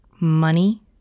money